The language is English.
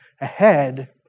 ahead